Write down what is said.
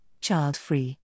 child-free